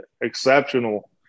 exceptional